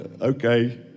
okay